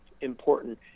important